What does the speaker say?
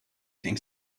think